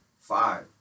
five